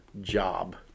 job